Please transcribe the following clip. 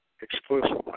exclusively